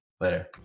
later